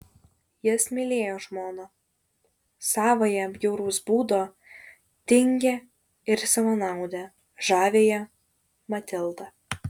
jis mylėjo žmoną savąją bjauraus būdo tingią ir savanaudę žaviąją matildą